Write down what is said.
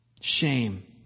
shame